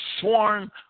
sworn